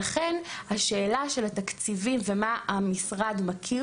לכן השאלה של התקציבים ומה המשרד מכיר